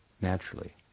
naturally